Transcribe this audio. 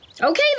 Okay